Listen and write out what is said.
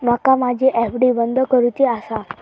माका माझी एफ.डी बंद करुची आसा